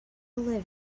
live